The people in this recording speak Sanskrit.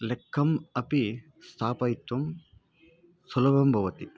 लेक्कम् अपि स्थापयितुं सुलभं भवति